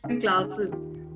classes